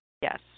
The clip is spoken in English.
yes